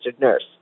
nurse